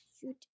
shoot